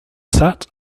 set